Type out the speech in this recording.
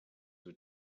were